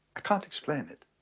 i can't explain it.